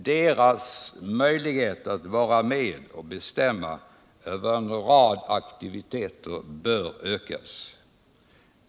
Deras möjligheter att vara med och bestämma över en rad aktiviteter bör ökas.